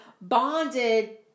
bonded